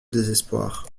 désespoir